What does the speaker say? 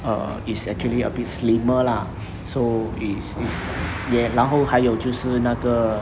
err it's actually a slimmer lah so is is 也然后还有就是那个